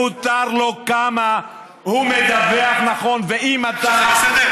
מותר לו כמה, הוא מדווח נכון, אתה חושב שזה בסדר?